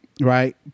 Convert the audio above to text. right